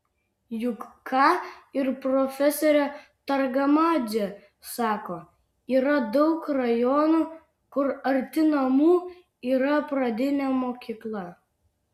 juk ką ir profesorė targamadzė sako yra daug rajonų kur arti namų yra pradinė mokykla